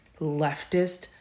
leftist